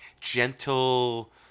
gentle